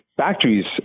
factories